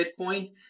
Bitcoin